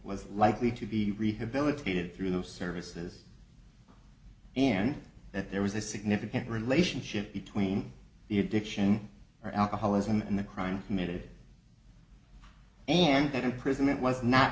was likely to be rehabilitated through those services and that there was a significant relationship between the addiction or alcoholism and the crime committed and that imprisonment was not